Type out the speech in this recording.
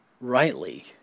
rightly